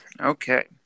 Okay